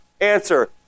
Answer